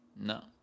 No